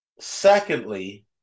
Secondly